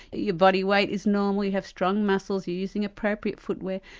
your body weight is normal, you have strong muscles, you're using appropriate footwear,